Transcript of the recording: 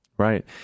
Right